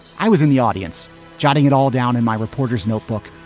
i was in the audience jotting it all down in my reporter's notebook.